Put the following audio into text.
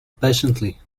patiently